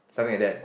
something like that